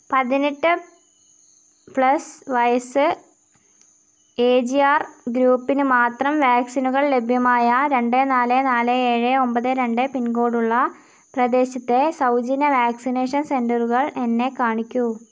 പതിനെട്ട് പ്ലസ് വയസ്സ് A G R ഗ്രൂപ്പിന് മാത്രം വാക്സിനുകൾ ലഭ്യമായ രണ്ട് നാല് നാല് ഏഴ് ഒൻപത് രണ്ട് പിൻകോഡ് ഉള്ള പ്രദേശത്തെ സൗജന്യ വാക്സിനേഷൻ സെൻറ്ററുകൾ എന്നെ കാണിക്കൂ